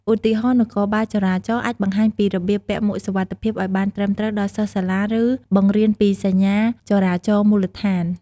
ឧទាហរណ៍ នគរបាលចរាចរណ៍អាចបង្ហាញពីរបៀបពាក់មួកសុវត្ថិភាពឲ្យបានត្រឹមត្រូវដល់សិស្សសាលា ឬបង្រៀនពីសញ្ញាចរាចរណ៍មូលដ្ឋាន។